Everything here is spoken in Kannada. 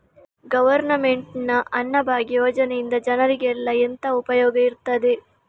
ಗವರ್ನಮೆಂಟ್ ನ ಅನ್ನಭಾಗ್ಯ ಯೋಜನೆಯಿಂದ ಜನರಿಗೆಲ್ಲ ಎಂತ ಉಪಯೋಗ ಇರ್ತದೆ?